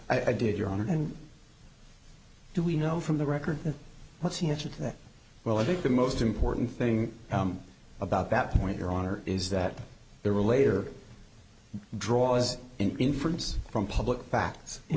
that i did your honor and do we know from the record what's the answer to that well i think the most important thing about that point your honor is that there were later draws an inference from public facts